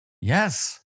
Yes